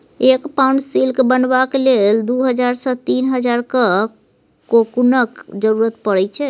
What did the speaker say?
एक pound silk बनेबाक लेल दु हजार सँ तीन हजारक कोकुनक जरुरत परै छै